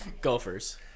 Golfers